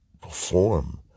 perform